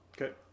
Okay